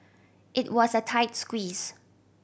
it was a tight squeeze